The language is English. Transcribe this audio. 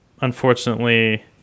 Unfortunately